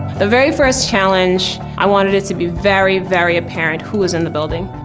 the very first challenge, i wanted it to be very, very apparent who was in the building.